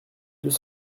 deux